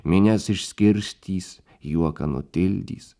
minias išskirstys juoką nutildys